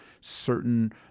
certain